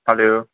hello